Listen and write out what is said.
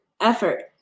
effort